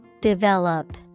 Develop